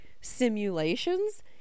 simulations